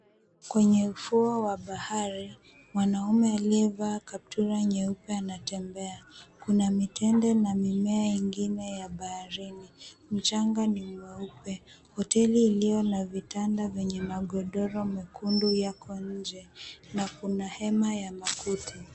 Kwenye ufuo wa bahari, mwanamume aliyevaa kaptula nyeupe anatembea. Kuna mitende na mimea ingine ya baharini. Mchanga ni mweupe. Hoteli iliyo na vitanda vyenye magodoro mekundu yako nje na kuna hema ya makuti.